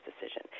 decision